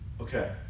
Okay